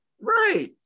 right